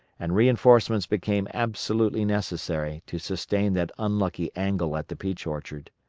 and reinforcements became absolutely necessary to sustain that unlucky angle at the peach orchard.